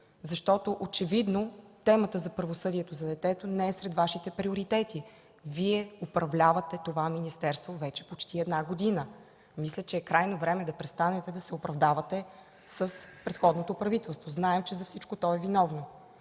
защото очевидно темата за правосъдието за детето не е сред Вашите приоритети. Вие управлявате това министерство вече почти една година. Мисля, че е крайно време да престанете да се оправдавате с предходното правителство. Знаем, че за всичко то е виновно.